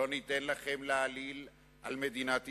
ולא ניתן לכם להעליל על מדינת ישראל.